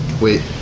Wait